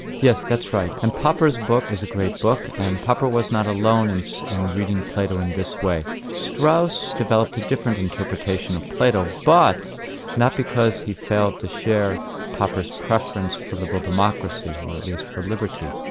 yes, that's right. and popper's book is a great book, and popper was not alone in reading plato in this way. strauss developed a different interpretation of plato, but not because he failed to share popper's preference for liberal democracy, or at least for liberty.